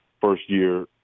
first-year